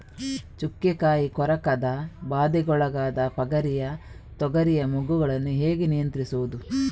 ಚುಕ್ಕೆ ಕಾಯಿ ಕೊರಕದ ಬಾಧೆಗೊಳಗಾದ ಪಗರಿಯ ತೊಗರಿಯ ಮೊಗ್ಗುಗಳನ್ನು ಹೇಗೆ ನಿಯಂತ್ರಿಸುವುದು?